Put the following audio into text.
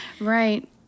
right